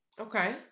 okay